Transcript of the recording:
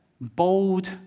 bold